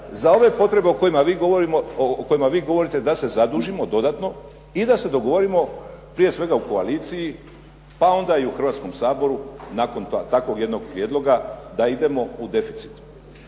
za ove potrebe o kojima vi govorite da se zadužimo dodatno i da se dogovorimo prije svega u koaliciji pa onda i u Hrvatskom saboru, nakon takvog jednog prijedloga, da idemo u deficit.